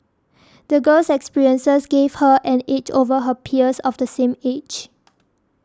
the girl's experiences gave her an edge over her peers of the same age